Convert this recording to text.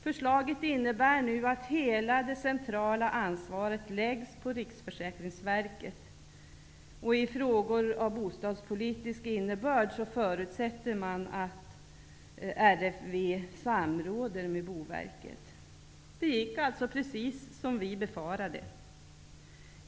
Förslaget innebär nu att hela det centrala ansvaret läggs på Riksförsäkringsverket. I frågor av bostadspolitisk innebörd förutsätter man att RFV samråder med Det gick alltså precis som vi befarade.